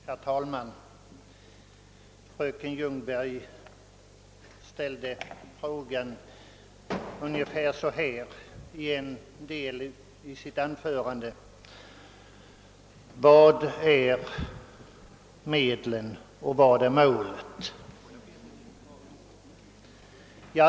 Herr talman! I sitt anförande ställde fröken Ljungberg en fråga som hon formulerade ungefär så här: Vilka är medlen och vad är målet?